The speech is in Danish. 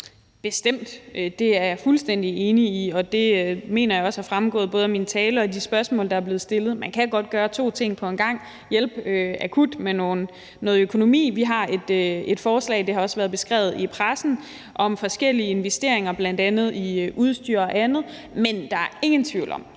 Bestemt, det er jeg fuldstændig enig i, og det mener jeg også er fremgået både af min tale og i forbindelse med de spørgsmål, der er blevet stillet. Man kan godt gøre to ting på en gang. Man kan hjælpe akut med noget økonomi. Vi har et forslag – det har også været beskrevet i pressen – om forskellige investeringer, bl.a. i udstyr og andet. Men der er ingen tvivl om, at